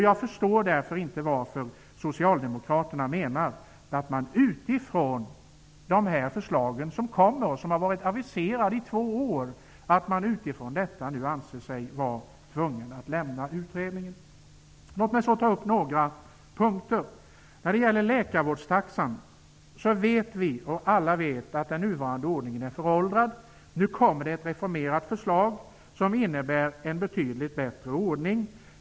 Jag förstår därför inte varför Socialdemokraterna nu anser sig vara tvungna att lämna utredningen med anledning av de förslag som kommer och som har varit aviserade i två år. Låt mig så ta upp några punkter. När det gäller läkarvårdstaxan vet alla att den nuvarande ordningen är föråldrad. Nu kommer det ett reformerat förslag som innebär en betydligt bättre ordning.